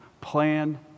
plan